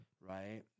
right